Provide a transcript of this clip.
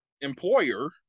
employer